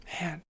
Man